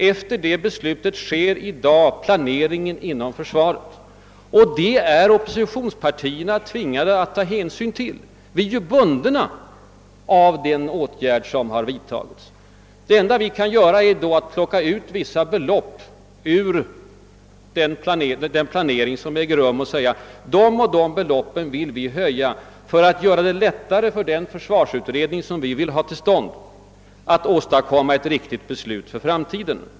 Efter det beslutet sker i dag planeringen inom försvaret, och det är oppositionspartierna tvingade att ta hänsyn till. Vi är bundna av den åtgärd som sålunda vidtagits, och det enda vi kan göra är att plocka ut vissa belopp ur planeringen och säga att vi vill höja dem för att göra det lättare för den försvarsutredning som vi önskar få till stånd att åstadkomma ett riktigt beslut för framtiden.